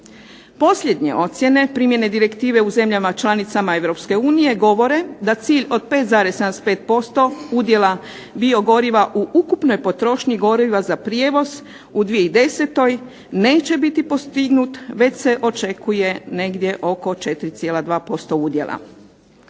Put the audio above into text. Posljednje ocjene primjene direktive u cijenama zemljama članicama Europske unije govore da cilj od 5,75% udjela biogoriva u ukupnoj potrošnji goriva za prijevoz u 2010. neće biti postignut već se očekuje negdje oko 4,2% udjela.